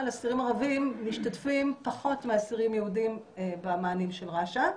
אסירים ערבים משתתפים פחות מאסירים יהודים במענים של רש"א.